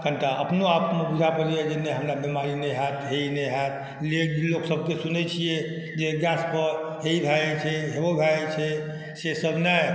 कनिटा अपनो आपमे बुझा पड़ैए जे नहि हमरा बीमारी नहि हैत हेइ नहि हैत लोकसबके सुनै छिए जे गैसपर हेइ भऽ जाइ छै हेओ भऽ जाइ छै से सब नहि